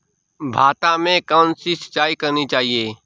भाता में कौन सी सिंचाई करनी चाहिये?